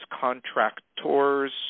contractors